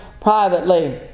privately